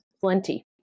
plenty